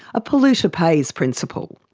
a polluter-pays principle.